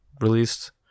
released